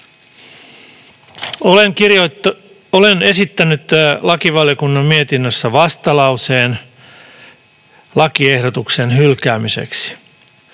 Olen esittänyt lakivaliokunnan mietinnössä vastalauseen lakiehdotuksen hylkäämiseksi.